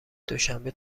دوشنبه